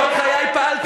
כל חיי פעלתי,